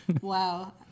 Wow